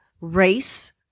race